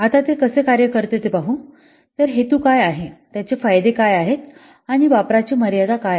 आता ते कसे कार्य करते ते पाहू तर हेतू काय आहे त्याचे फायदे काय आहेत आणि वापराची मर्यादा काय आहे